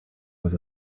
was